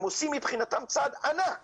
הם עושים מבחינתם צעד ענק